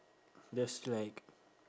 just like